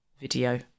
video